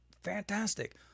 fantastic